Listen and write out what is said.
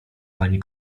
panie